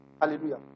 Hallelujah